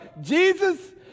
Jesus